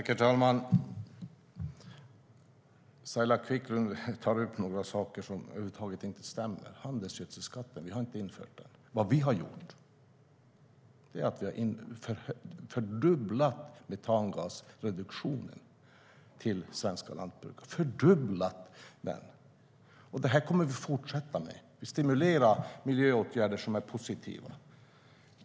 Herr talman! Saila Quicklund tar upp några saker som över huvud taget inte stämmer. Vi har inte infört handelsgödselskatten. Vad vi har gjort är att vi har fördubblat metangasreduktionen till svenska lantbruk - fördubblat den! Detta kommer vi att fortsätta med. Vi kommer att stimulera miljöåtgärder som är positiva.